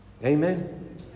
amen